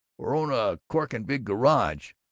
or own a corking big garage,